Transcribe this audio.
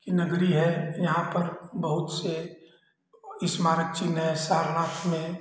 की नगरी है यहाँ पर बहुत से इस्मारक चिन्ह हैं सारनाथ में में